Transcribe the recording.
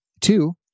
two